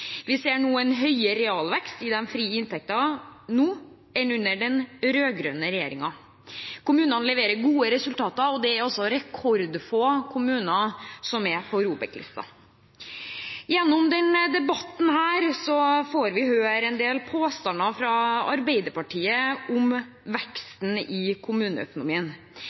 Vi ser en høyere totalvekst i de frie inntektene nå enn under den rød-grønne regjeringen. Kommunene leverer gode resultater, og det er rekordfå kommuner som er på ROBEK-lista. Gjennom denne debatten får vi høre en del påstander fra Arbeiderpartiet om veksten i kommuneøkonomien.